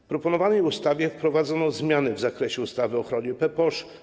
W proponowanej ustawie wprowadzono zmiany w zakresie ustaw: o ochronie ppoż.